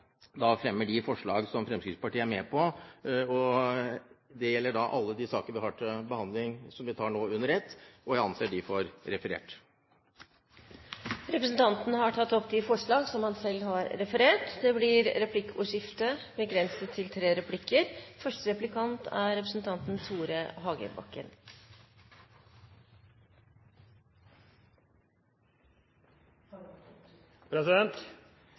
jeg fremmer de forslag som Fremskrittspartiet er med på. Det gjelder alle de sakene vi har til behandling som vi nå tar under ett, og jeg anser forslagene for referert. Representanten Per Arne Olsen har tatt opp de forslag han refererte til. Det blir replikkordskifte. Mitt spørsmål er knyttet til